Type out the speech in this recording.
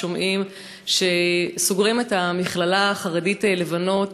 שומעים שסוגרים את המכללה החרדית לבנות